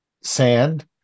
sand